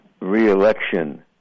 re-election